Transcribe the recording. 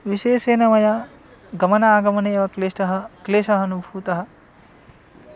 विशेषेण मया गमनागमने एव क्लेष्टः क्लेशः अनुभूतः